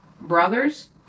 brothers